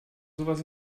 sowas